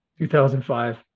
2005